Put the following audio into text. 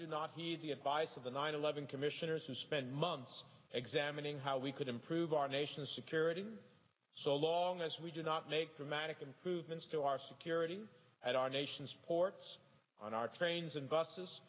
did not heed the advice of the nine eleven commissioners who spent months examining how we could improve our nation's security so long as we do not make dramatic improvements to our security at our nation's ports on our trains and busses